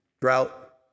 drought